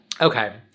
Okay